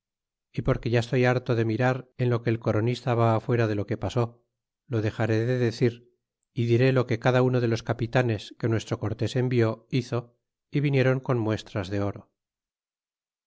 é porque ya estoy harto de mirar en lo que el coronista va fuera de lo que pasó lo dexaré de decir y diré lo que cada uno de los capitanes que nuestro cortés envió hizo é viniéron con muestras de oro